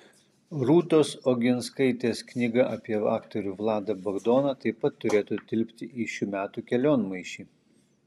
rūtos oginskaitės knyga apie aktorių vladą bagdoną taip pat turėtų tilpti į šių metų kelionmaišį